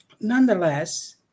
Nonetheless